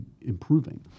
improving